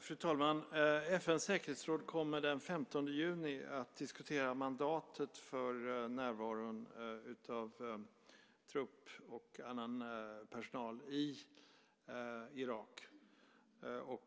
Fru talman! FN:s säkerhetsråd kommer den 15 juni att diskutera mandatet för närvaron av trupp och annan personal i Irak.